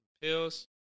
pills